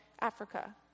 Africa